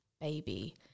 baby